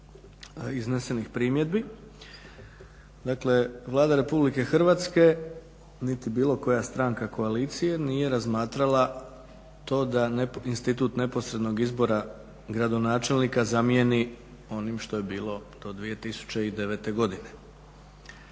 iznesenih primjedbi. Dakle Vlada Republike Hrvatske niti bilo koja stranka koalicije nije razmatrala to da, institut neposrednog izbora gradonačelnika zamijeni onim što je bilo do 2009. godine.